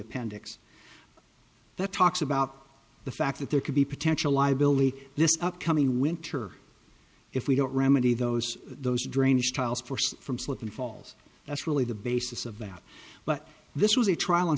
appendix that talks about the fact that there could be potential liability this upcoming winter if we don't remedy those those drainage tiles forced from slipping falls that's really the basis of our but this was a trial